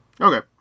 Okay